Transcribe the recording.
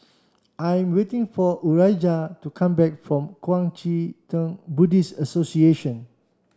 I'm waiting for Urijah to come back from Kuang Chee Tng Buddhist Association